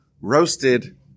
roasted